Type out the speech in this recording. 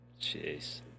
Jeez